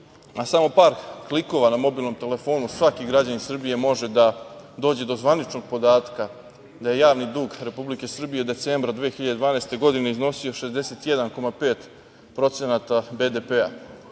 sa samo par klikova na mobilnom telefonu svaki građanin Srbije može da dođe do zvaničnog podatka da je javni dug Republike Srbije decembra 2012. godine iznosio 61,5% BDP.